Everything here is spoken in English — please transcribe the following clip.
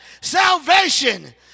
salvation